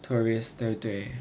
tourists 对不对